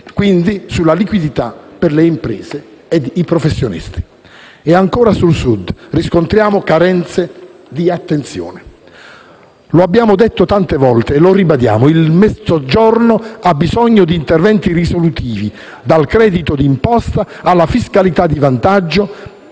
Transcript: propria sulla liquidità per le imprese e i professionisti. E ancora sul Sud riscontriamo carenze di attenzione. Lo abbiamo detto tante volte e lo ribadiamo: il Mezzogiorno ha bisogno di interventi risolutivi, dal credito di imposta alla fiscalità di vantaggio,